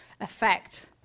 effect